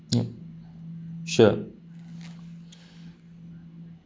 yup sure